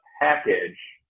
package